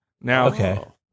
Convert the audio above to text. Now